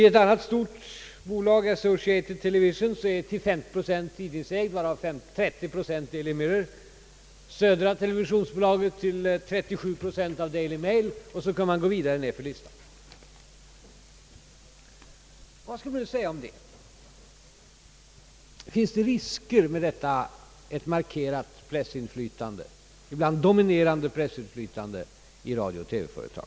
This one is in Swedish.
Ett annat stort bolag, Associated Television, är till 50 procent tidningsägt, varav till 30 procent av Daily Mirror, Södra televisionsbolaget ägs till 37 procent av Daily Mail, och så kan man gå vidare i listan. Vad skall man nu säga om detta? Finns det risker med ett markerat pressinflytande, ibland ett dominerande pressinflytande, i radio-TV-företag?